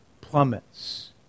plummets